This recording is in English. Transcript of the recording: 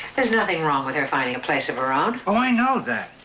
there's nothing wrong with her finding a place of her own. oh, i know that.